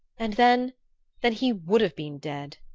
and then then he would have been dead!